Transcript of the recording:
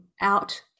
out